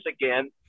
again